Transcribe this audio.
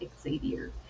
Xavier